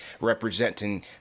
representing